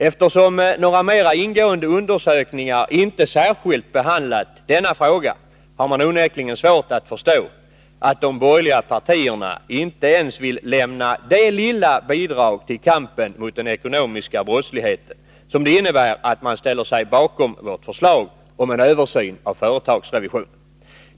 Eftersom denna fråga inte har behandlats särskilt i några mer ingående undersökningar, är det onekligen svårt att förstå att de borgerliga partierna inte ens vill lämna det lilla bidrag till kampen mot den ekonomiska brottsligheten, som det innebär att de ställer sig bakom vårt förslag om en översyn av företagsrevisionen.